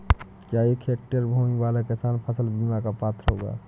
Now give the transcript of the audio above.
क्या एक हेक्टेयर भूमि वाला किसान फसल बीमा का पात्र होगा?